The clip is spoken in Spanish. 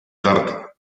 tarta